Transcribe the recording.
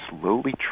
slowly